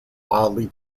wildly